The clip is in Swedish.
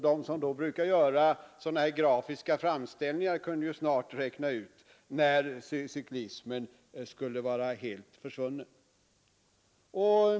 De som brukar göra grafiska framställningar kunde ju snart räkna ut när cyklismen skulle vara helt försvunnen.